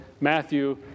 Matthew